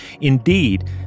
Indeed